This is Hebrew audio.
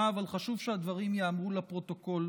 אבל חשוב שהדברים ייאמרו לפרוטוקול,